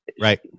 Right